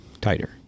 tighter